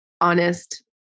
honest